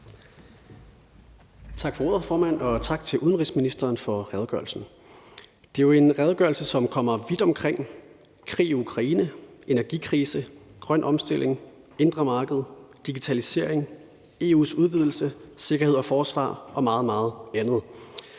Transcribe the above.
Tak for ordet, formand, og tak til udenrigsministeren for redegørelsen. Det er jo en redegørelse, som kommer vidt omkring: krig i Ukraine, energikrise, grøn omstilling, indre marked, digitalisering, EU's udvidelse, sikkerhed og forsvar og meget, meget andet.